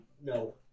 No